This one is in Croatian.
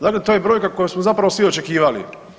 Dakle, to je brojka koju smo zapravo svi očekivali.